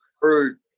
heard